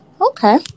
Okay